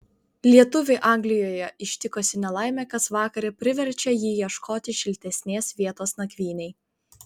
lietuvį anglijoje ištikusi nelaimė kas vakarą priverčia jį ieškoti šiltesnės vietos nakvynei